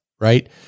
right